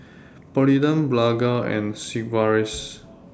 Polident Blephagel and Sigvaris